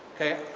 okay,